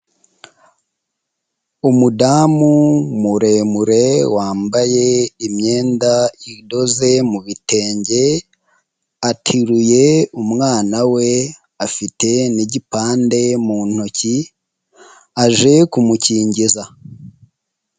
Umudamu muremure, wambaye imyenda idoze mu bitenge, ateruye umwana we, afite n'igipande mu ntoki, aje kumukingiza.